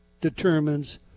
determines